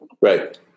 right